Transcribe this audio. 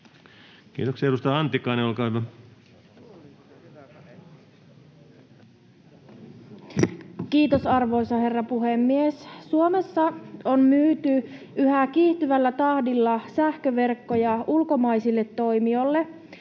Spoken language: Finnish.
Kiitoksia. — Edustaja Antikainen, olkaa hyvä. Kiitos, arvoisa herra puhemies! Suomessa on myyty yhä kiihtyvällä tahdilla sähköverkkoja ulkomaisille toimijoille.